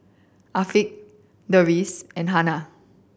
Afiq Deris and Hana